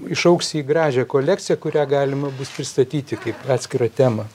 išaugs į gražią kolekciją kurią galima bus pristatyti kaip atskirą temą